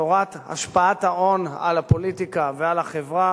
תורת השפעת ההון על הפוליטיקה ועל החברה,